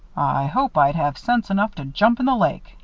i hope i'd have sense enough to jump in the lake,